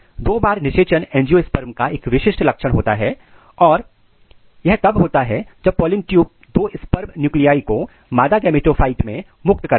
दो बार निषेचन एंजियोस्पर्म का विशिष्ट लक्षण होता है और यह तब होता है जब पॉलिन ट्यूब दो स्पर्म न्यूक्लिआई को मादा गैमेटोफाइट मैं मुक्त करता है